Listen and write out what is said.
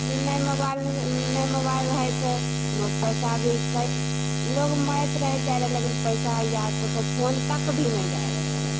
जे ने मोबाइल जे नहि मोबाइल हइ तऽ ने पैसा भी कए लोग जाइ लेकिन पैसा या ककरो फोन तक भी नहि जाय रहय रऽ